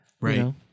right